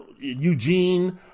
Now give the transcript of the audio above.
Eugene